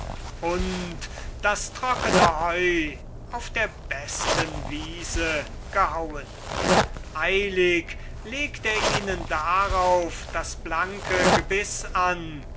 und das trockene heu auf der besten wiese gehauen eilig legt er ihnen darauf das blanke gebiß an